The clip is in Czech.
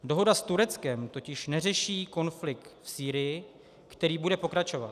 Dohoda s Tureckem totiž neřeší konflikt v Sýrii, který bude pokračovat.